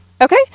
Okay